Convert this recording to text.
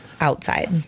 outside